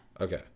Okay